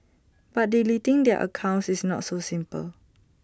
but deleting their accounts is not so simple